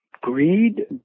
greed